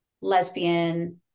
lesbian